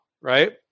right